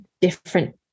different